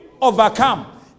overcome